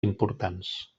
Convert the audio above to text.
importants